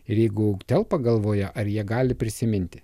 ir jeigu telpa galvoje ar jie gali prisiminti